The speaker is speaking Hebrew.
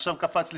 עכשיו קפץ ל-60.